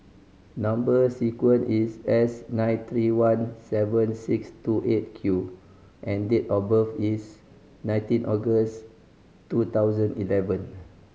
number sequence is S nine three one seven six two Eight Q and date of birth is nineteen August two thousand eleven